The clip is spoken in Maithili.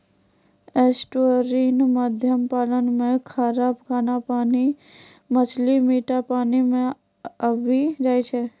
एस्टुअरिन मत्स्य पालन मे खारा पानी रो मछली मीठा पानी मे आबी जाय छै